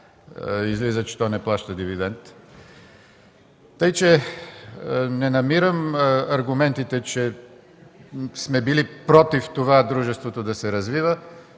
излиза, че то не плаща дивиденти. Така че не намирам аргументите, че сме били против това дружеството да се развива